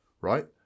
right